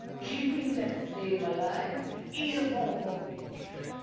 keeping that flame alive is a form of meditation?